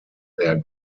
their